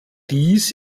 dies